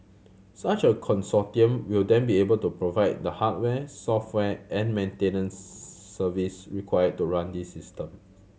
such a consortium will then be able to provide the hardware software and maintenance service required to run this system